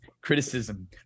criticism